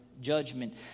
Judgment